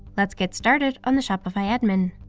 let's get started on the shopify admin.